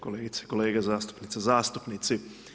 Kolegice i kolege zastupnice i zastupnici.